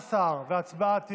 מיוחד וספציפי, בהתמכרויות.